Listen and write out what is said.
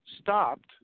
stopped